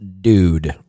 dude